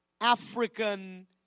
African